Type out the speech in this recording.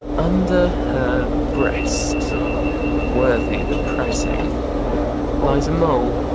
under her breast worthy the pressing lies a mole,